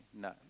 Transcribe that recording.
No